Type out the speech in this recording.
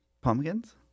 Pumpkins